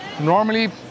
normally